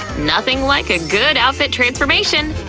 nothing like a good outfit transformation!